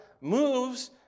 moves